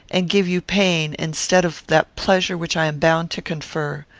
and give you pain, instead of that pleasure which i am bound to confer.